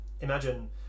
imagine